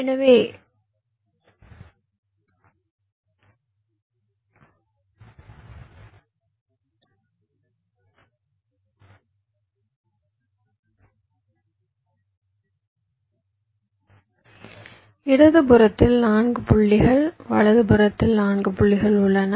எனவே இடதுபுறத்தில் 4 புள்ளிகள் வலதுபுறத்தில் 4 புள்ளிகள் உள்ளன